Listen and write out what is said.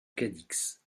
cadix